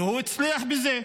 והוא הצליח בזה.